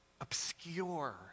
obscure